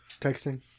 texting